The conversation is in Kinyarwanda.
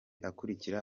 akurikira